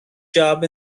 job